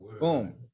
Boom